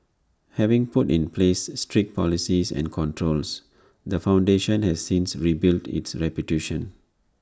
having put in place strict policies and controls the foundation has since rebuilt its reputation